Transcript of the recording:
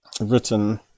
written